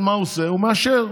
משה אבוטבול, תודה.